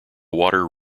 water